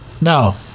No